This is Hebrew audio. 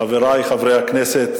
חברי חברי הכנסת,